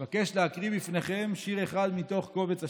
אני מבקש להקריא בפניכם שיר אחד מתוך קובץ השירים.